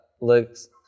looks